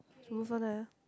move on ah